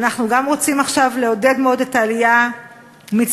אנחנו גם רוצים עכשיו לעודד מאוד את העלייה מצרפת.